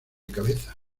cabeza